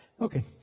Okay